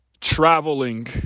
traveling